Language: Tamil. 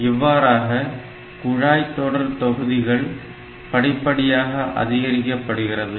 இவ்வாறாக குழாய் தொடர் தொகுதிகள் படிப்படியாக அதிகரிக்கப்படுகிறது